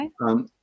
Okay